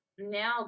now